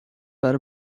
برا